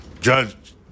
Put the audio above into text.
Judge